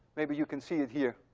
maybe you can see it here,